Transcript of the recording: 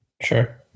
Sure